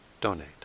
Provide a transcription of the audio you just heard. donate